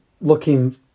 looking